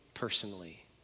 Personally